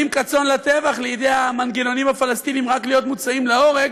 כצאן לטבח לידי המנגנונים הפלסטיניים רק להיות מוצאים להורג,